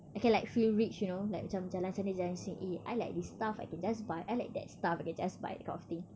I can like feel rich you know like macam jalan sana jalan sini eh I like this stuff I can just buy I like that stuff I can just buy that kind of thing